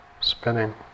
spinning